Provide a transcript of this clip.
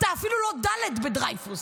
אתה אפילו לא דל"ת בדרייפוס,